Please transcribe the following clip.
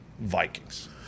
Vikings